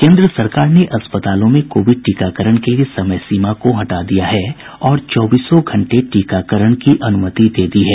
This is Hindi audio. केंद्र सरकार ने अस्पतालों में कोविड टीकाकरण के लिए समय सीमा को हटा दिया है और चौबीसों घंटे टीकाकरण की अनुमति दे दी है